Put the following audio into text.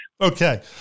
Okay